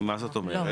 מה זאת אומרת?